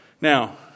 Now